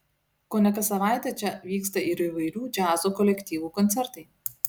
kone kas savaitę čia vyksta ir įvairių džiazo kolektyvų koncertai